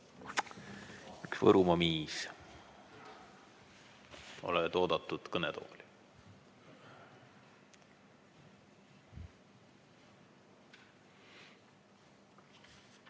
Üks Võrumaa miis, oled oodatud kõnetooli.